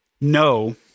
no